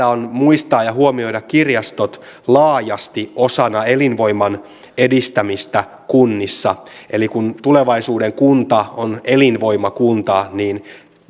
on muistaa ja huomioida kirjastot laajasti osana elinvoiman edistämistä kunnissa eli kun tulevaisuuden kunta on elinvoimakunta niin